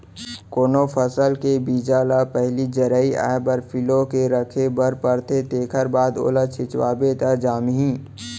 कोनो फसल के बीजा ल पहिली जरई आए बर फिलो के राखे बर परथे तेखर बाद ओला छिंचबे त जामही